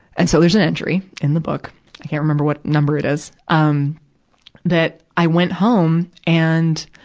and so, there's an entry in the book i can't remember what number it is um that i went home and,